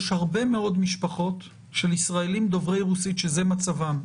יש הרבה מאוד משפחות של ישראלים דוברי רוסית שזה מצבן.